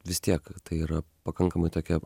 vis tiek tai yra pakankamai tokia